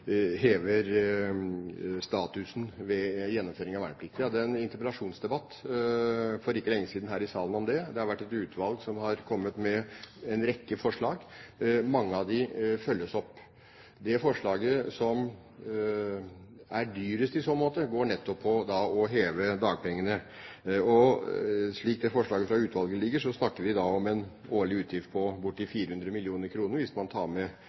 hever statusen ved gjennomføring av verneplikten. Vi hadde en interpellasjonsdebatt om det her i salen for ikke lenge siden. Det er et utvalg som har kommet med en rekke forslag. Mange av dem følges opp. Det forslaget som er dyrest, går nettopp på å heve dagpengene. Slik forslaget fra utvalget ligger, snakker vi om en årlig utgift på bortimot 400 mill. kr, hvis man tar med